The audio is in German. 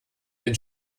den